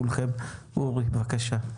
בבקשה.